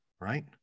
right